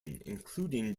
including